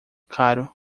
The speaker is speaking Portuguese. caro